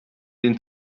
den